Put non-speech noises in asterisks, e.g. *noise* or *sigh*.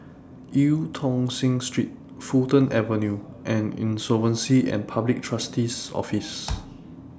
EU Tong Sen Street Fulton Avenue and Insolvency and Public Trustee's Office *noise*